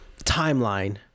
timeline